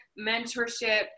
mentorship